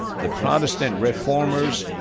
the protestant reformers,